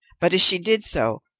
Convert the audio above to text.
but, as she did so,